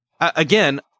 again